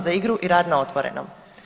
za igru i rad na otvorenom.